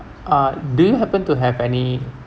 uh do you happen to have any